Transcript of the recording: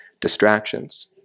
distractions